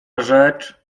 rzecz